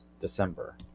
December